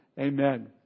Amen